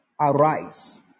arise